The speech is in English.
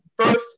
first